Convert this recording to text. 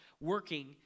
working